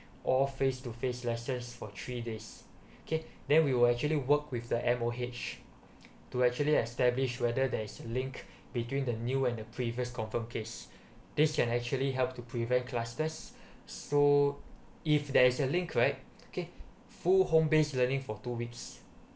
all face to face lessons for three days okay then we will actually work with the M_O_H to actually establish whether there is a link between the new and the previous confirmed case this can actually help to prevent clusters so if there is a link right okay full home based learning for two weeks